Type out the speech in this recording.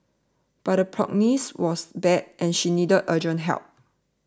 but the prognosis was bad and she needed urgent help